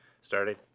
started